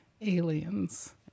aliens